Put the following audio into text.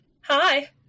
Hi